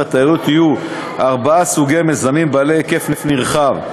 התיירות יהיו ארבעה סוגי מיזמים בעלי היקף נרחב,